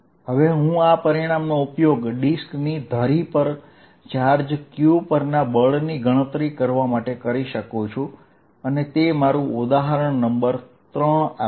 હવે હું આ પરિણામનો ઉપયોગ ડિસ્કની ધરી પર ચાર્જ q પરના બળની ગણતરી કરવા માટે કરી શકું છું અને તે મારું ઉદાહરણ નંબર 3 આપશે